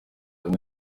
hari